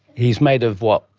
he is made of, what,